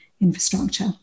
infrastructure